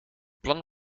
plan